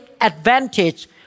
advantage